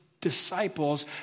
disciples